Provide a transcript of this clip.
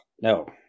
no